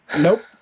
nope